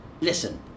listen